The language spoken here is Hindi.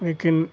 लेकिन